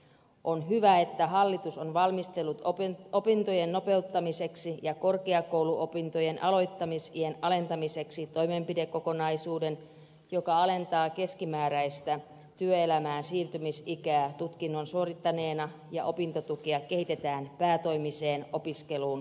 on hyvä että hallitus on valmistellut opintojen nopeuttamiseksi ja korkeakouluopintojen aloittamisiän alentamiseksi toimenpidekokonaisuuden joka alentaa keskimääräistä työelämään siirtymisikää tutkinnon suorittaneilla ja opintotukea kehitetään päätoimiseen opiskeluun kannustavaksi